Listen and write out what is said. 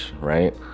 right